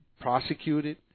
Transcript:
prosecuted